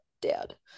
dad